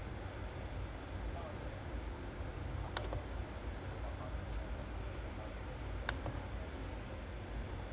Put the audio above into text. I mean just now வந்து:vanthu like two zero then half time right lose பண்ணும்போது நான் பாக்க வேண்டாம் நினைச்சேன் அண்னா இப்போ வந்தது:pannumpodhu naan paaka vendaam ninaichaen aanaa ippo vanthu like you know some excitement you know